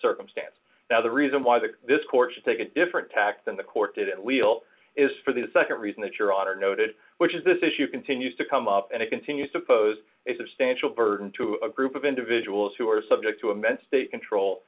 circumstance now the reason why the this court should take a different tact than the court did and we'll is for the nd reason that your honor noted which is this issue continues to come up and it continues to pose a substantial burden to a group of individuals who are subject to